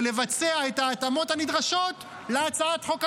ולבצע את ההתאמות הנדרשות להצעת החוק הממשלתית,